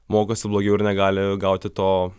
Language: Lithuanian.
mokosi blogiau ir negali gauti to